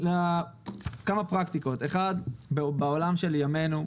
בעולם של ימינו,